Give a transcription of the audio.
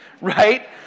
Right